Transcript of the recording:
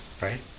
right